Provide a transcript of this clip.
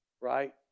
Right